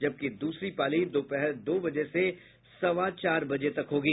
जबकि दूसरी पाली दोपहर दो बजे से सवा चार बजे तक होगी